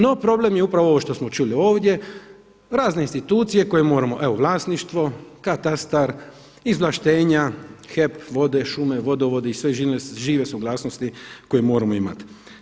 No problem je upravo ovo što smo čuli ovdje, razne institucije koje moramo evo vlasništvo, katastar, izvlaštenja, HEP, vode, šume, vodovodi i sve žive suglasnosti koje moramo imati.